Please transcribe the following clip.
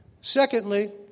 Secondly